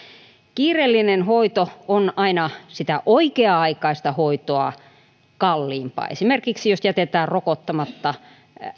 kiireellinen hoito on aina sitä oikea aikaista hoitoa kalliimpaa esimerkiksi jos jätetään rokottamatta